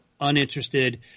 uninterested